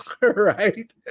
right